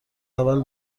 اول